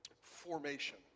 formation